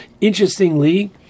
Interestingly